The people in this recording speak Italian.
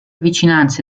vicinanze